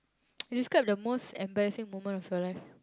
describe the most embarrassing moment of your life